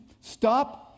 stop